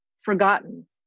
forgotten